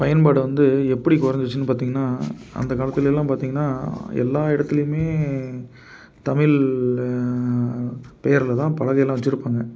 பயன்பாடு வந்து எப்படி குறஞ்சிச்சுன்னு பார்த்தீங்கன்னா அந்த காலத்தில்யெல்லாம் பார்த்தீங்கன்னா எல்லா இடத்துலையுமே தமிழ் பேரில் தான் பலகையெல்லாம் வச்சுருப்பாங்க